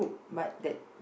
but that